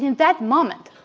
that moment,